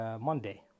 Monday